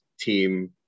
team